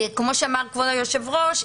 וכמו שאמר כבוד היושב-ראש,